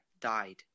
died